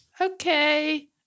Okay